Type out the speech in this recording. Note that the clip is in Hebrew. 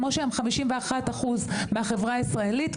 כמו שהן 51 אחוז מהחברה הישראלית,